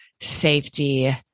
safety